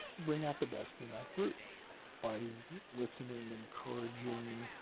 bring out the best in that group by listening, encouraging.